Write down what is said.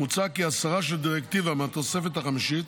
מוצע כי הסרה של דירקטיבה מהתוספת החמישית,